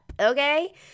okay